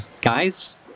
Guys